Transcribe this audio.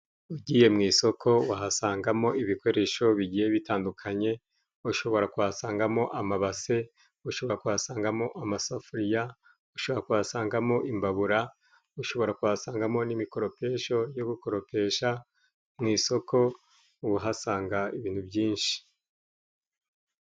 Ugiye mu isoko wahasangamo ibikoresho bigiye bitandukanye, ushobora kuhasangamo amabase, ushobora kuhasangamo amasafuriya, ushobora kuyasangamo imbabura, ushobora kuhasangamo n' mikoropesho yo gukoropesha. Mu isoko uhasanga ibintu byinshi.